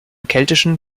keltischen